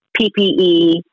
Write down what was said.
PPE